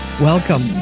Welcome